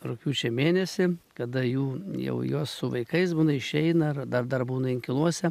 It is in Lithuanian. rugpjūčio mėnesį kada jų jau jos su vaikais būna išeina ar dar dar būna inkiluose